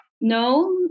No